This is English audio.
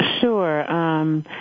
Sure